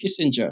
Kissinger